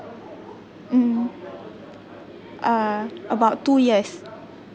mm uh about two years